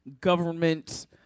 government